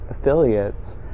affiliates